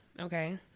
okay